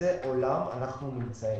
באיזה עולם אנחנו נמצאים.